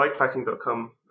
bikepacking.com